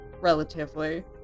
relatively